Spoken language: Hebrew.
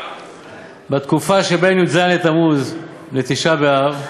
בתקופה שבין י"ז בתמוז לתשעה באב,